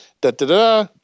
da-da-da